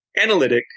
analytic